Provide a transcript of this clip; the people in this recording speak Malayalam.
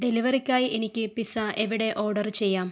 ഡെലിവറിക്കായി എനിക്ക് പിസ്സ എവിടെ ഓർഡർ ചെയ്യാം